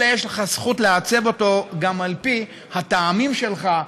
אלא יש לך זכות לעצב אותו גם על פי הטעמים שלך,